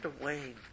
away